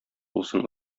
булсын